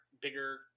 bigger